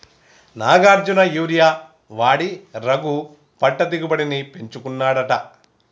Nagarjuna urea వాడి రఘు పంట దిగుబడిని పెంచుకున్నాడట